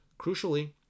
crucially